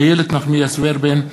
איילת נחמיאס ורבין,